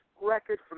record